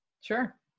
Sure